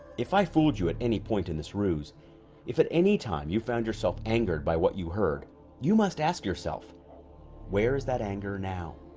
if i fooled you at any point in this ruse if at any time you found yourself angered by what you heard you must ask yourself where is that anger now?